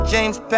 James